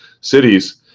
cities